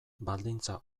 baldintza